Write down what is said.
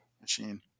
machine